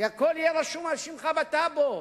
הכול יהיה רשום על שמך בטאבו.